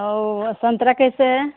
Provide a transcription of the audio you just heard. औ सन्तरा कैसे है